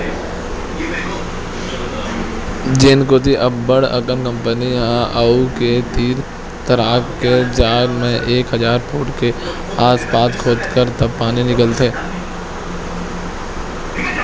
जेन कोती अब्बड़ अकन कंपनी हे उहां के तीर तखार के जघा म एक हजार फूट के आसपास खोदवाबे त पानी निकलथे